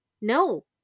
No